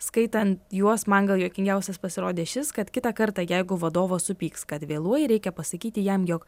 skaitant juos man gal juokingiausias pasirodė šis kad kitą kartą jeigu vadovas supyks kad vėluoji reikia pasakyti jam jog